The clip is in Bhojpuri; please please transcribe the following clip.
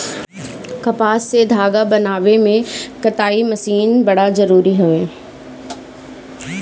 कपास से धागा बनावे में कताई मशीन बड़ा जरूरी हवे